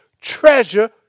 treasure